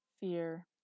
fear